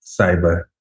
cyber